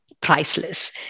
priceless